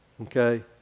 Okay